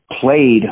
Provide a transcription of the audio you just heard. played